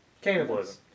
Cannibalism